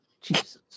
Jesus